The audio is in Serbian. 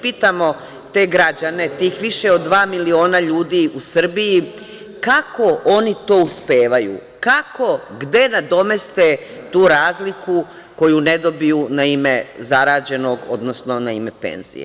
Pitamo te građane, tih više od dva miliona ljudi u Srbiji, kako oni to uspevaju, kako, gde nadomeste tu razliku koju ne dobiju na ime zarađenog, odnosno na ime penzije?